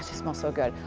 smells so good,